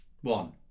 one